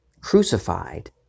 crucified